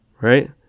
right